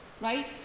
right